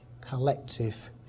collective